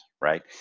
Right